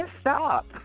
stop